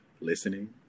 listening